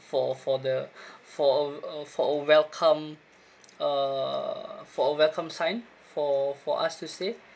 for for the for a for a welcome uh for a welcome sign for for us to see